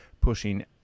pushing